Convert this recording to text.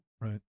right